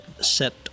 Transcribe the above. set